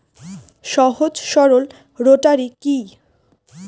সহজ সরল রোটারি কি?